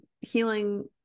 healing